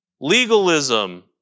legalism